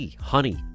honey